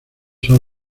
son